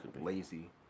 lazy